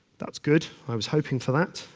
that's good. i was hoping for that.